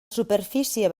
superfície